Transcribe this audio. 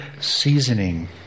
seasoning